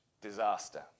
disaster